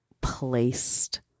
placed